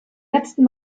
letzten